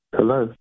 Hello